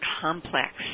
complex